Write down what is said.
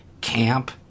camp